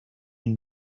une